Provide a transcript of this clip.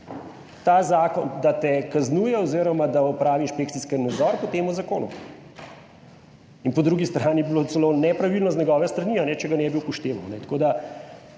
pravico, da te kaznuje, oz. da opravi inšpekcijski nadzor po tem zakonu in po drugi strani je bilo celo nepravilno z njegove strani, če ga ne bi upošteval.